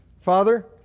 Father